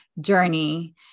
journey